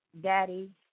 Daddy